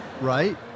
right